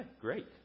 great